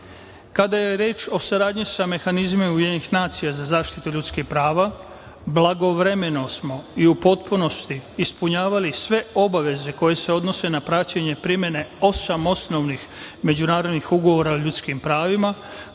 član. Kada je reč o saradnji sa mehanizmima UN za zaštitu ljudskih prava, blagovremeno smo i u potpunosti ispunjavali sve obaveze koje se odnose na praćenje primene osam osnovnih međunarodnih ugovora ljudskim pravima,